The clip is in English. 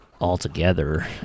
altogether